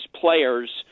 players